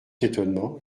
étonnement